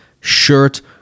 shirt